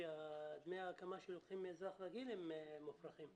שדמי ההקמה שלוקחים מאזרח רגיל הם מופרכים.